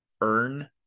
earn